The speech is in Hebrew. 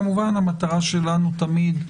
כמובן, המטרה שלנו תמיד,